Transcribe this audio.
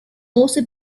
also